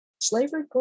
slavery